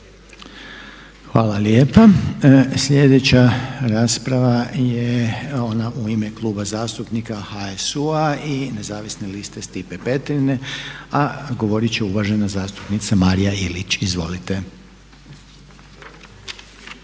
Hvala lijepa. Sljedeća rasprava je ona u ime Kluba zastupnika HSU-a i nezavisne liste Stipe Petrine, a govorit će uvažena zastupnica Marija Ilić. Izvolite.